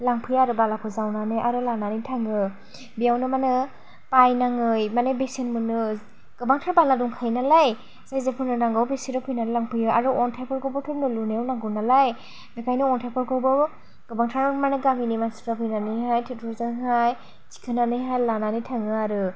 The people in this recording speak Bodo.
लांफैयो आरो बालाखौ जावनानै आरो लानानै थाङो बेयावनो मा होनो बायनाङै मानि बेसेन मोनो गोबांथार बाला दंखायो नालाय जाय जायफोरनो नांगौ बिसोरो फैनानै लांफैयो आरो अन्थाइफोरखौबोथ' न' लुनायाव नांगौ नालाय बेखायनो अन्थाइफोरखौबो गोबांथार मानि गामिनि मानसिफ्रा फैनानैहाय ट्रेक्टर जोंहाय थिखोनानैहाय लानानै थाङो आरो